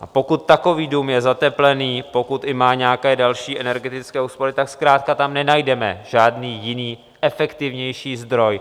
A pokud takový dům je zateplený, pokud i má nějaké další energetické úspory, tak zkrátka tam nenajdeme žádný jiný, efektivnější zdroj.